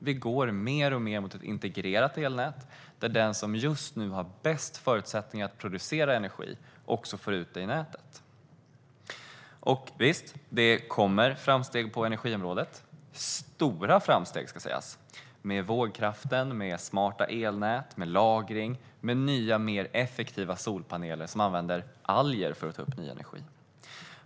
Vi går mer och mer mot ett integrerat elnät där den som just nu har bäst förutsättningar att producera energi också får ut den i nätet. Visst görs det framsteg på energiområdet, stora framsteg, med vågkraft, med smarta elnät, med lagring och med nya mer effektiva solpaneler som använder alger för att ta upp ny energi.